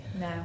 no